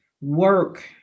work